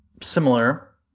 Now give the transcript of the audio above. similar